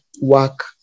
work